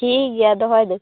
ᱴᱷᱤᱠ ᱜᱮᱭᱟ ᱫᱚᱦᱚᱭᱮᱫᱟ ᱧ